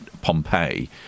Pompeii